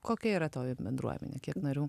kokia yra toji bendruomenė kiek narių